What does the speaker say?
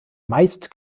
meist